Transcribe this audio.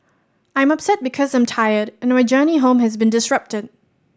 I'm upset because I'm tired and my journey home has been disrupted